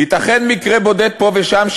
ייתכן מקרה בודד פה ושם,